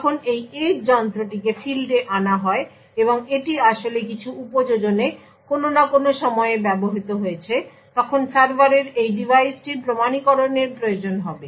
যখন এই এজ যন্ত্রটিকে ফিল্ডে আনা হয় এবং এটি আসলে কিছু উপযোজনে কোনো না কোনো সময়ে ব্যবহৃত হয়েছে তখন সার্ভারের এই ডিভাইসটির প্রমাণীকরণের প্রয়োজন হবে